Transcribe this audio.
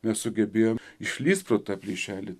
mes sugebėjom išlįst pro tą plyšelį